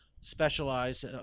specialize